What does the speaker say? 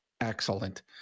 excellent